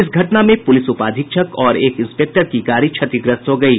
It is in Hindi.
इस घटना में पुलिस उपाधीक्षक और एक इंस्पेक्टर की गाडी क्षतिग्रस्त हो गयी